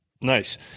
Nice